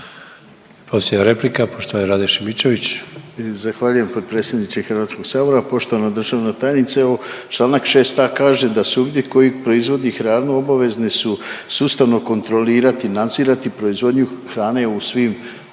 **Šimičević, Rade (HDZ)** Zahvaljujem potpredsjedniče Hrvatskog sabora. Poštovana državna tajnice evo Članak 6a. kaže da subjekt koji proizvodi hranu obavezni su sustavno kontrolirati, nadzirati proizvodnju hrane u svim